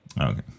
okay